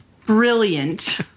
brilliant